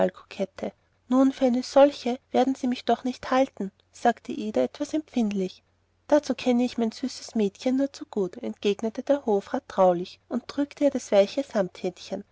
nun für eine solche werden sie mich doch nicht halten sagte ida etwas empfindlich dazu kenne ich mein süßes mädchen zu gut entgegnete der hofrat traulich und drückte ihr das weiche